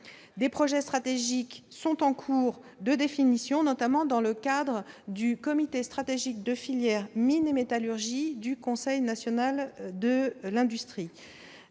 Des projets stratégiques sont en cours de définition, notamment dans le cadre du comité stratégique de filière « Mines et métallurgie » du Conseil national de l'industrie.